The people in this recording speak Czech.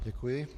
Děkuji.